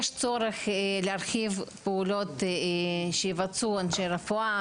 יש צורך להרחיב פעולות שיבצעו אנשי רפואה